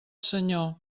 senyor